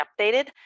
updated